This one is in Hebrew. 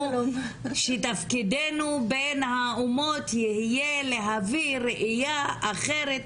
שתפקידנו בין האומות יהיה להביא ראייה אחרת,